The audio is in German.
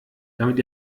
damit